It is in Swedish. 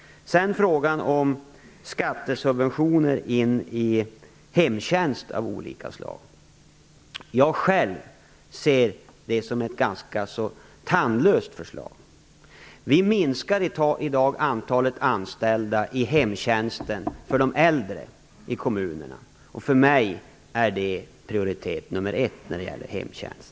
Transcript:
Sedan till frågan om skattesubventioner beträffande hemtjänst av olika slag. Själv ser jag det som ett ganska tandlöst förslag. I dag minskas ju antalet anställda inom hemtjänsten för de äldre i kommunerna och det är en sak som för mig har högsta prioritet.